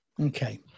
Okay